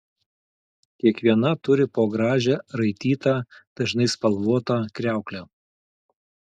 kiekviena turi po gražią raitytą dažnai spalvotą kriauklę